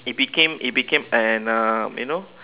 it became it became an uh you know